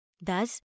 Thus